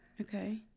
okay